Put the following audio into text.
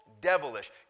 devilish